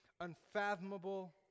unfathomable